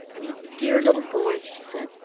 you dear little boy! she said.